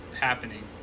happening